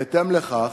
בהתאם לכך,